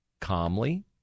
calmly